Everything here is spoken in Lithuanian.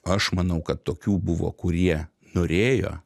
aš manau kad tokių buvo kurie norėjo